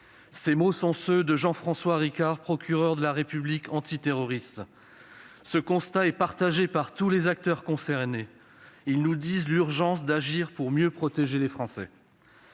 ». Ainsi s'exprime Jean-François Ricard, procureur de la République antiterroriste. Son constat est partagé par tous les acteurs concernés et nous dit l'urgence d'agir pour mieux protéger les Français.